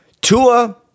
Tua